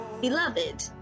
beloved